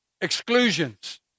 exclusions